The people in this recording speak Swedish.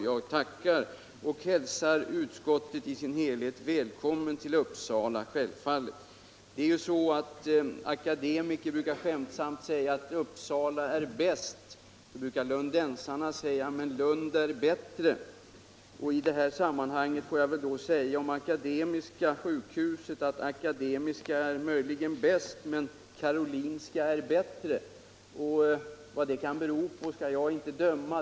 Jag tackar och hälsar utskottet i dess helhet välkommet till Uppsala. Akademiker brukar skämtsamt säga att Uppsala är bäst. Då brukar lundensarna säga: Men Lund är bättre. I detta sammanhang får jag väl säga: Akademiska sjukhuset är möjligen bäst men Karolinska sjukhuset är bättre. Vad det kan bero på skall jag inte döma om.